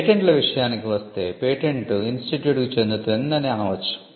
పేటెంట్ల విషయానికి వస్తే పేటెంట్ ఇన్స్టిట్యూట్కు చెందుతుంది అని అనవచ్చు